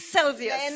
Celsius